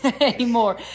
anymore